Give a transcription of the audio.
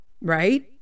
right